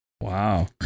Wow